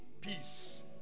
Peace